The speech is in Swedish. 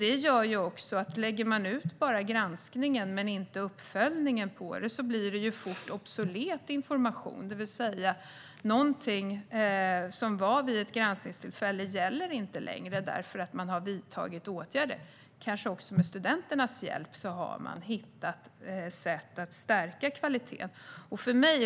Om man bara lägger ut granskningen men inte uppföljningen blir informationen snart obsolet. Något som gällde vid ett granskningstillfälle gäller inte längre eftersom man har vidtagit åtgärder. Man kanske även med studenternas hjälp har hittat sätt för att stärka kvaliteten.